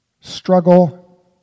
struggle